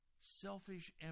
selfish